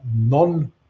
non